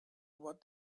what